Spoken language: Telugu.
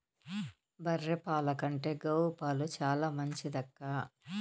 బర్రె పాల కంటే గోవు పాలు చాలా మంచిదక్కా